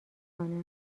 کنه